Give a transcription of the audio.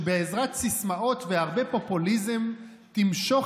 שבעזרת סיסמאות והרבה פופוליזם תמשוך